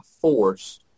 force